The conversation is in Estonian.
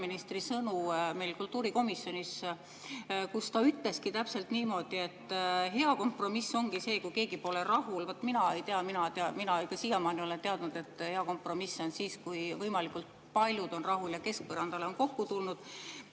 sõnu meil kultuurikomisjonis: ta ütleski täpselt niimoodi, et hea kompromiss ongi see, kui keegi pole rahul. Vot mina ei tea, mina siiamaani olen teadnud, et hea kompromiss on siis, kui võimalikult paljud on rahul ja keskpõrandale on kokku tuldud. See